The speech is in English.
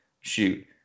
shoot